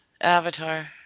Avatar